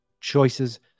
choices